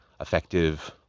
effective